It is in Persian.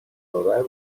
آور